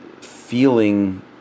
feeling